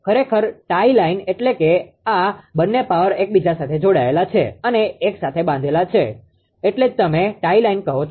ખરેખર tie line એટલે આ બંને પાવર એકબીજા સાથે જોડાયેલા છે અને એક સાથે બાંધેલા છે એટલે જ તમે ટાઇ લાઈન કહો છો